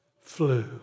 flew